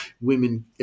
women